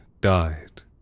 died